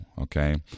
okay